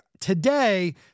today